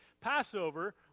Passover